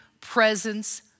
presence